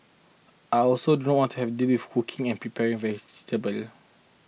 I also do not want to have to deal with hooking and preparing vegetables